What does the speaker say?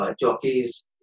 jockeys